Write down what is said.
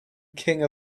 king